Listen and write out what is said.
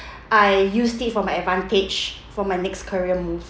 I used it for my advantage for my next career move